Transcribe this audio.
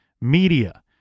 media